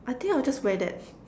I think I will just wear that